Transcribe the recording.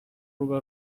روبه